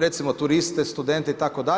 Recimo turiste, studente itd.